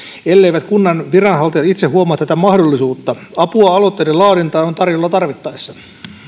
elleivät kunnan viranhaltijat itse huomaa tätä mahdollisuutta apua aloitteiden laadintaan on tarjolla tarvittaessa